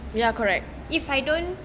if I don't